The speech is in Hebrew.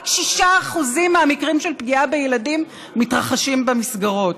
רק 6% מהמקרים של פגיעה בילדים מתרחשים במסגרות.